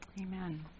Amen